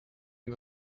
and